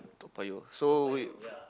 Toa-Payoh so wait